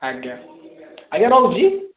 ଆଜ୍ଞା ଆଜ୍ଞା ରହୁଛି